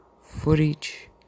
footage